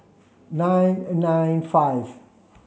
nine and nine five